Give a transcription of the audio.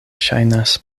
ŝajnas